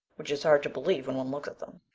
which is hard to believe when one looks at them.